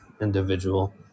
individual